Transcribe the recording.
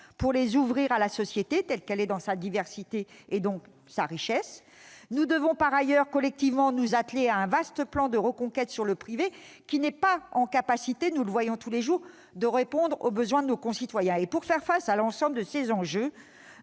pour les ouvrir à la société telle qu'elle est dans sa diversité, donc dans sa richesse. Nous devons par ailleurs collectivement nous atteler à un vaste plan de reconquête sur le secteur privé, qui n'a pas la capacité, nous le constatons tous les jours, de répondre aux besoins de nos concitoyens. Pour faire face à l'ensemble de ces enjeux,